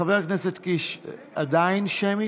חבר הכנסת קיש, עדיין שמית?